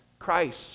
Christ